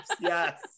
Yes